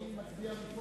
להעביר את הצעת